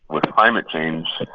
with climate change,